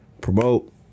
promote